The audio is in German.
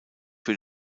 für